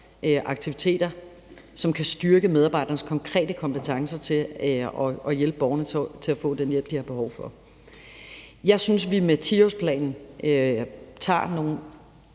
aktiviteter, som kan styrke medarbejdernes konkrete kompetencer til at hjælpe borgerne til at få den hjælp, de har behov for. Jeg synes, vi med 10-årsplanen tager nogle